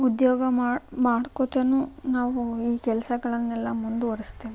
ಉದ್ಯೋಗ ಮಾಡ್ಕೋತ್ತಾನೂ ನಾವು ಈ ಕೆಲಸಗಳನ್ನೆಲ್ಲ ಮುಂದುವರೆಸ್ತೀವಿ